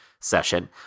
session